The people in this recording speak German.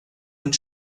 und